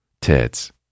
tits